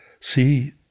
see